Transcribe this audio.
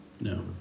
no